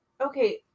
okay